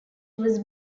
was